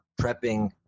prepping